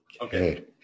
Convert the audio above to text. Okay